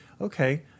okay